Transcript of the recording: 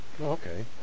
Okay